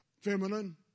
feminine